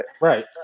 Right